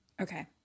Okay